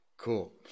Cool